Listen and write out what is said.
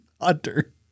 hunter